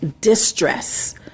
distress